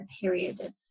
period